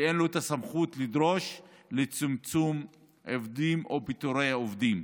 ואין לו את הסמכות לדרוש צמצום עובדים או פיטורי עובדים.